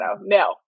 No